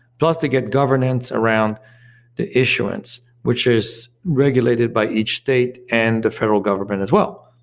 plus, they get governance around the issuance, which is regulated by each state and the federal government as well.